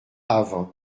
avre